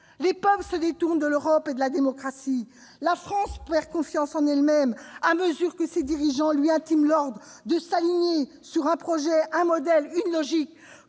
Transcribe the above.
les peuples se détournent de l'Europe et de la démocratie, la France perd confiance en elle-même, à mesure que ses dirigeants lui intiment l'ordre de s'aligner sur un projet, un modèle et une logique